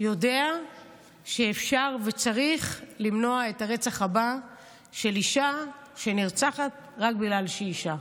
יודע שאפשר וצריך למנוע את הרצח הבא של אישה שנרצחת רק בגלל שהיא אישה.